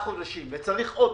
הסברתי --- עזוב רגע את ה-24,